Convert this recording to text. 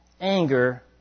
anger